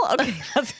Okay